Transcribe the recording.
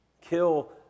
kill